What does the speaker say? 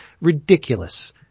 ridiculous